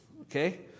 okay